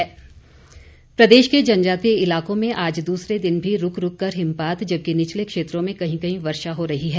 मौसम प्रदेश के जनजातीय इलाकों में आज दूसरे दिन भी रूक रूक कर हिमपात जबकि निचले क्षेत्रों में कही कहीं वर्षा हो रही है